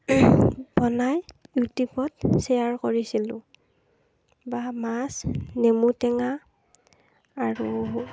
বনাই ইউটিউবত শ্বেয়াৰ কৰিছিলোঁ বা মাছ নেমু টেঙা আৰু